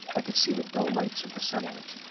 i could see the dull lights of the settlement,